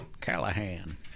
Callahan